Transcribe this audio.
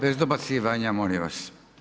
Bez dobacivanja molim vas.